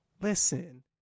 listen